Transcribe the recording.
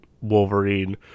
Wolverine